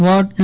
ward ન